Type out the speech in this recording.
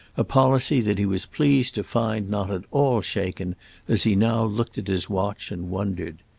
a policy that he was pleased to find not at all shaken as he now looked at his watch and wondered.